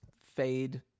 fade